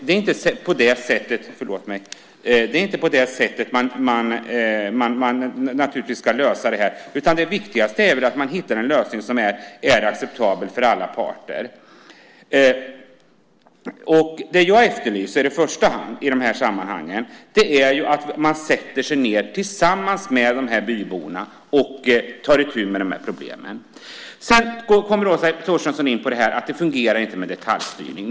Det är naturligtvis inte på det sättet man ska lösa det här problemet, utan det viktigaste är att man hittar en lösning som är acceptabel för alla parter. Vad jag i första hand tycker att man ska göra är att man ska sätta sig ned tillsammans med de här byborna och ta itu med problemen. Åsa Torstensson säger att det inte fungerar med detaljstyrning.